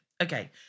Okay